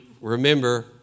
remember